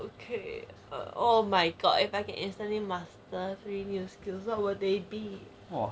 okay err oh my god if I can instantly master three new skills what would they be